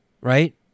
right